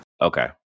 Okay